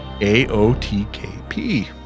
AOTKP